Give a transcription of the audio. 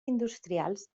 industrials